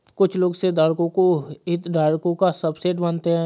कुछ लोग शेयरधारकों को हितधारकों का सबसेट मानते हैं